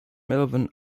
melvin